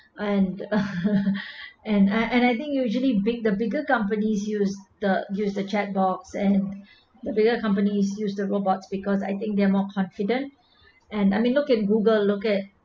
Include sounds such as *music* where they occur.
and *laughs* and I I think usually big the bigger companies use the use the chat box and the bigger companies use the robots because I think they're more confident and I mean look at google look at